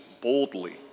boldly